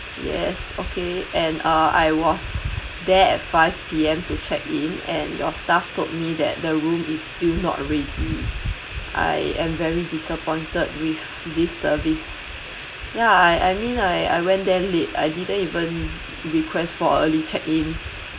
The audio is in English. yes okay and uh I was there at five P_M to check in and your staff told me that the room is still not ready I am very disappointed with this service yeah I I mean I I went there late I didn't even request for early check-in